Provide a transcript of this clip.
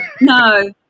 No